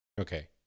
Okay